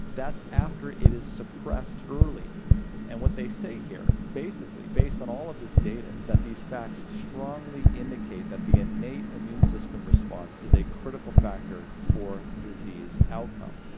that's after it is suppressed early and what they say here, basically based on all of this data, is that these facts strongly indicate that the innate immune system response is a critical factor for disease outcome,